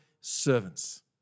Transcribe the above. servants